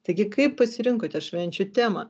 taigi kaip pasirinkote švenčių temą